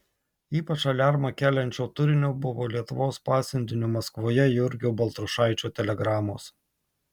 ypač aliarmą keliančio turinio buvo lietuvos pasiuntinio maskvoje jurgio baltrušaičio telegramos